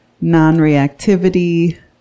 non-reactivity